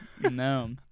No